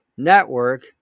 network